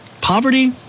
Poverty